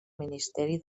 ministeri